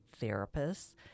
therapists